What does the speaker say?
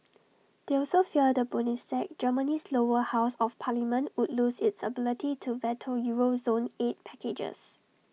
they also fear the Bundestag Germany's lower house of parliament would lose its ability to veto euro zone aid packages